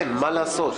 מה לעשות?